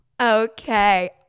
okay